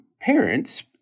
parents